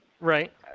right